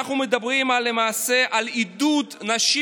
אנחנו מדברים למעשה על עידוד נשים